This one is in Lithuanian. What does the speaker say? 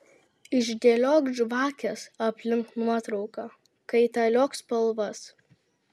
išdėliok žvakes aplink nuotrauką kaitaliok spalvas